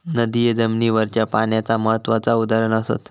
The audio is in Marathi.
नदिये जमिनीवरच्या पाण्याचा महत्त्वाचा उदाहरण असत